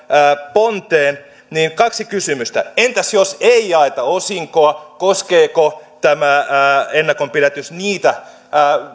ponteen niin kaksi kysymystä entäs jos ei jaeta osinkoa koskeeko tämä ennakonpidätys niitä